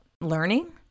learning